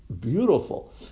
beautiful